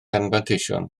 anfanteision